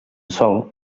sòl